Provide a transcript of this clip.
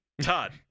Todd